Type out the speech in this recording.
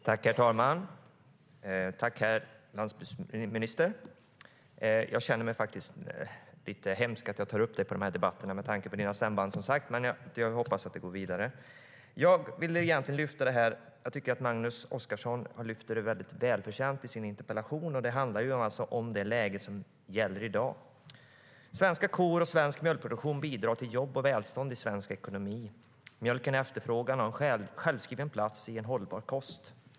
Herr talman! Tack, herr landsbygdsminister! Jag känner mig lite hemsk för att jag tar upp debatten med tanke på dina stämband, men jag hoppas att det går bra. Magnus Oscarsson lyfter i sin interpellation fram väldigt väl det läge som gäller i dag. Svenska kor och svensk mjölkproduktion bidrar till jobb och välstånd i svensk ekonomi. Mjölken efterfrågas och har en självskriven plats i en hållbar kost.